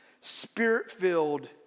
spirit-filled